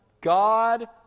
God